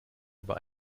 über